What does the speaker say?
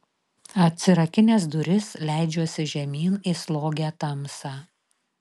atsirakinęs duris leidžiuosi žemyn į slogią tamsą